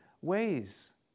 ways